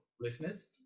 Listeners